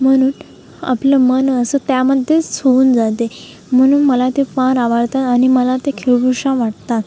म्हणून आपलं मन असं त्यामध्येच होऊन जाते म्हणून मला ते फार आवडतं आणि मला ते खेळुशा वाटतात